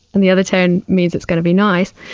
and the other tone means it's going to be nice.